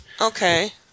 Okay